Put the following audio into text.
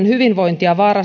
hyvinvointia